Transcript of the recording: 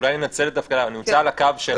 שייתן תשובה קצרה.